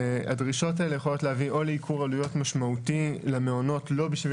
הדרישות האלה יכולות להביא או לייקור עלויות משמעותי למעונות לא משום